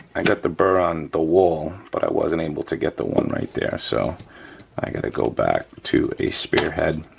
i got the burr on the wall but i wasn't able to get the one right there so i gotta go back to a spearhead,